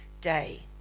day